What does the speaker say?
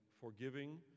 forgiving